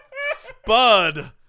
Spud